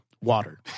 water